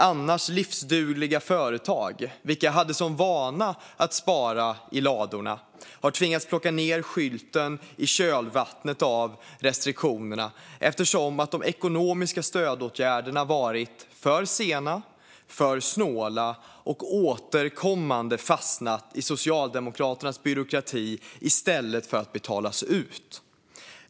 Annars livsdugliga företag, vilka haft som vana att spara i ladorna, har tvingats plocka ned skylten i kölvattnet av restriktionerna eftersom de ekonomiska stödåtgärderna har varit för sena och för snåla och återkommande fastnat i Socialdemokraternas byråkrati i stället för att betalas ut.